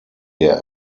der